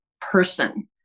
person